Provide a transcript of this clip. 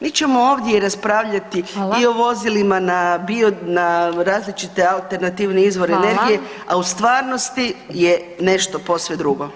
Mi ćemo ovdje raspravljati i o vozilima na različite alternativne [[Upadica Glasovac: Hvala.]] izvore energije [[Upadica Glasovac: Hvala.]] a u stvarnosti je nešto posve druge.